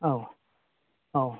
औ औ